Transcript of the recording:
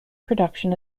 production